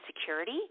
security